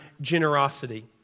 generosity